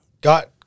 got